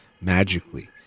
magically